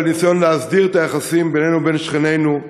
לניסיון להסדיר את היחסים בינינו לבין שכנינו,